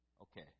Okay